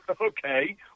Okay